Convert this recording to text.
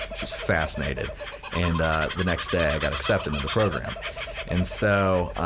she is fascinated and the next day i got accepted in the program and so,